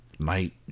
Night